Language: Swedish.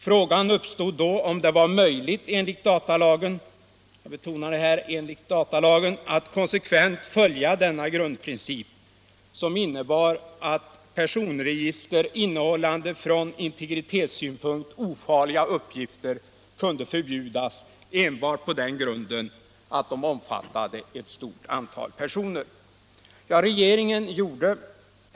Frågan uppstod då om det var möjligt enligt datalagen — jag betonar detta — att konsekvent följa denna grundprincip, som innebar att personregister innehållande från integritetssynpunkt ofarliga uppgifter kunde förbjudas enbart på den grunden att de omfattade ett stort antal personer.